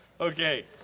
Okay